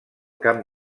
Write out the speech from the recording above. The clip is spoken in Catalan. camp